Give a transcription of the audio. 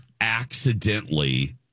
accidentally